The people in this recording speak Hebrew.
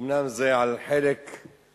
אומנם זה על חלק נכבד